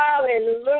Hallelujah